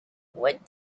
what